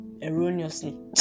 erroneously